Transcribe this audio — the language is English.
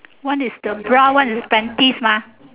one is the bra one is the panties mah